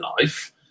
life